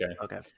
Okay